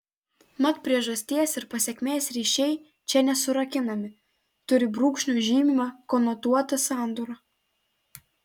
mat priežasties ir pasekmės ryšiai čia nesurakinami turi brūkšnio žymimą konotuotą sandūrą